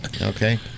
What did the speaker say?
Okay